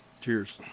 cheers